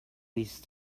least